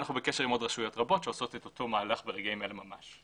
אנחנו בקשר עם עוד רשויות רבות שעושות את אותו מהלך ברגעים אלה ממש.